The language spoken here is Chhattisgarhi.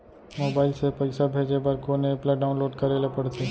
मोबाइल से पइसा भेजे बर कोन एप ल डाऊनलोड करे ला पड़थे?